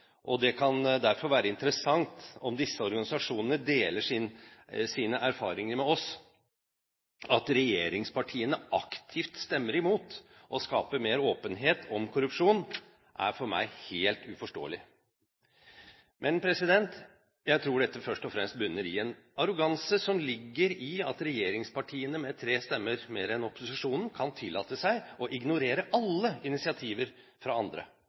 og det kan derfor være interessant om disse organisasjonene deler sine erfaringer med oss. At regjeringspartiene aktivt stemmer imot å skape mer åpenhet om korrupsjon, er for meg helt uforståelig. Men jeg tror dette først og fremst bunner i en arroganse som ligger i at regjeringspartiene med tre stemmer mer enn opposisjonen kan tillate seg å ignorere alle initiativer fra andre.